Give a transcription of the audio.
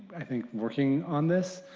i think working on this.